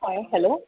হয় হেল্ল'